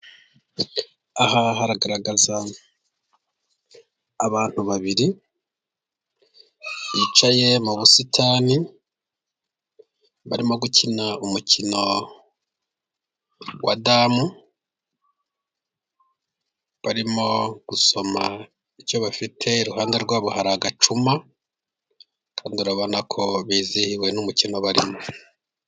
Aha haragaragaza abantu babiri, bicaye mu busitani, barimo gukina umukino wa damu, barimo gusoma icyo bafite, iruhande rwabo hari agacuma, urabona ko bizihiwe n'umukino barimo.